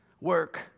work